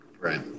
Right